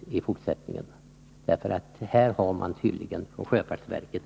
Här har tydligen sjöfartsverket tagit alldeles för lätt på det hela.